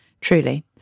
truly